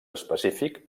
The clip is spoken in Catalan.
específic